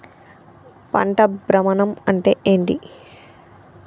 పంట భ్రమణం అంటే ఏంటి?